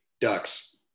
Ducks